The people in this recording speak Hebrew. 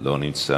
לא נמצא,